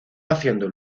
haciendo